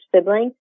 sibling